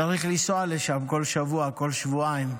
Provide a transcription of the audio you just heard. צריך לנסוע לשם בכל שבוע ובכל שבועיים.